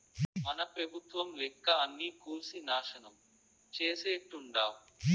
మన పెబుత్వం లెక్క అన్నీ కూల్సి నాశనం చేసేట్టుండావ్